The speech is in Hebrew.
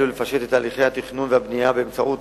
ולפשט את הליכי התכנון והבנייה באמצעות